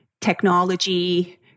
technology